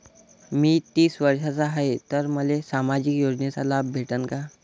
मी तीस वर्षाचा हाय तर मले सामाजिक योजनेचा लाभ भेटन का?